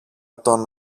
τον